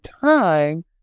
time